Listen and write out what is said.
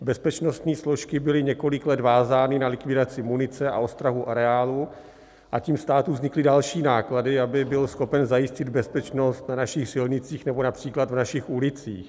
Bezpečnostní složky byly několik let vázány na likvidaci munice a ostrahu areálu a tím státu vznikly další náklady, aby byl schopen zajistit bezpečnost na našich silnicích nebo například v našich ulicích.